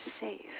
safe